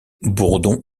bourdon